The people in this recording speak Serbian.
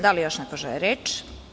Da li još neko želi reč?